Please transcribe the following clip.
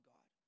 God